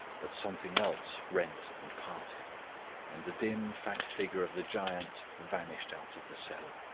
but something else rent and parted and the dim fat figure of the giant vanished out of the cellar,